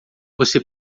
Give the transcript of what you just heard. você